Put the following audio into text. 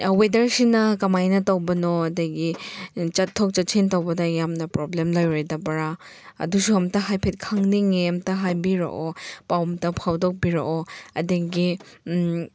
ꯋꯦꯗꯔꯁꯤꯅ ꯀꯃꯥꯏꯅ ꯇꯧꯕꯅꯣ ꯑꯗꯒꯤ ꯆꯠꯊꯣꯛ ꯆꯠꯁꯤꯟ ꯇꯧꯕꯗ ꯌꯥꯝꯅ ꯄ꯭ꯔꯣꯕ꯭ꯂꯦꯝ ꯂꯩꯔꯣꯏꯗꯕ꯭ꯔꯥ ꯑꯗꯨꯁꯨ ꯑꯝꯇ ꯍꯥꯏꯐꯦꯠ ꯈꯪꯅꯤꯡꯉꯦ ꯑꯝꯇ ꯍꯥꯏꯕꯤꯔꯛꯑꯣ ꯄꯥꯎ ꯑꯝꯇ ꯐꯥꯎꯗꯣꯛꯄꯤꯔꯛꯑꯣ ꯑꯗꯒꯤ